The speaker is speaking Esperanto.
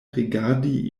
rigardi